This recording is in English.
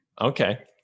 Okay